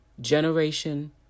generation